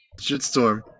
Shitstorm